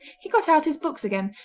he got out his books again,